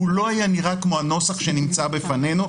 הוא לא היה נראה כמו הנוסח שנראה בפנינו,